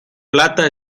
plata